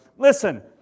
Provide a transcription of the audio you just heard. Listen